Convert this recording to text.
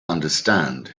understand